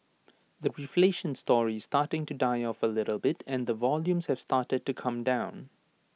the reflation story is starting to die off A little bit and the volumes have started to come down